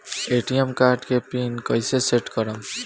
ATM card के pin कैसे set करम?